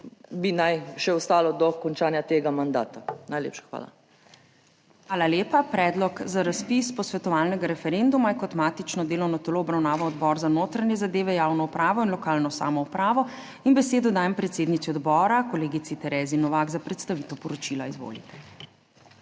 bi naj še ostali do končanja tega mandata. Najlepša hvala. **PREDSEDNICA MAG. URŠKA KLAKOČAR ZUPANČIČ:** Hvala lepa. Predlog za razpis posvetovalnega referenduma je kot matično delovno telo obravnaval Odbor za notranje zadeve, javno upravo in lokalno samoupravo. In besedo dajem predsednici odbora, kolegici Tereziji Novak za predstavitev poročila. Izvolite.